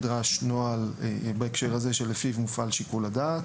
נדרש נוהל שלפיו מופעל שיקול הדעת,